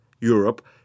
Europe